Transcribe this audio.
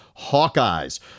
Hawkeyes